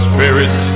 Spirit